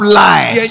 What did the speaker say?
life